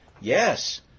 Yes